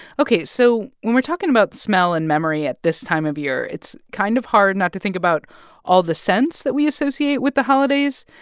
ok, so when we're talking about smell and memory at this time of year, it's kind of hard not to think about all the scents that we associate with the holidays.